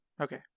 Okay